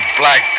black